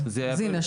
הנה,